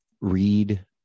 read